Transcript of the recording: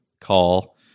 call